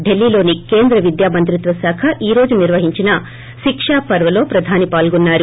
డిల్లీలోని కేంద్ర విద్యా మంత్రిత్వ శాఖ ఈ రోజు నిర్వహించిన శికా పర్స్లో ప్రధాని పాల్గొన్నారు